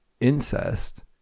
incest